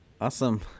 Awesome